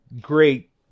great